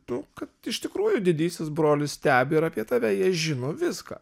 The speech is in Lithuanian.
nu kad iš tikrųjų didysis brolis stebi ir apie tave jie žino viską